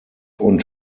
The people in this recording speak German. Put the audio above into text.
und